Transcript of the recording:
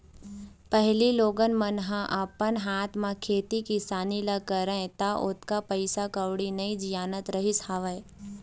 पहिली लोगन मन ह अपन हाथ म खेती किसानी ल करय त ओतका पइसा कउड़ी नइ जियानत रहिस हवय